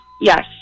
Yes